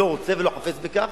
ולא רוצה ולא חפץ בכך.